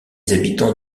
habitants